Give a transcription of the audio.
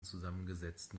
zusammengesetzten